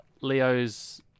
Leo's